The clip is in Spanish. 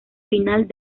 final